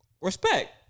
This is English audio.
Respect